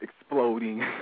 exploding